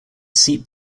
seat